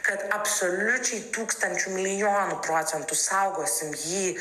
kad absoliučiai tūkstančiu milijonu procentų saugosim jį